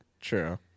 True